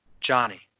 Johnny